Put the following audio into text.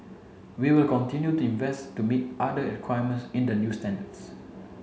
we will continue to invest to meet the other requirements in the new standards